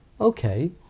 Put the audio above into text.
Okay